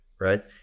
right